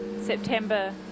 September